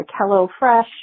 HelloFresh